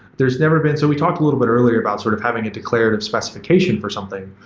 there's never been so we talked a little bit earlier about sort of having a declarative specification for something.